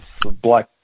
black